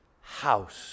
house